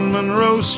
Monroe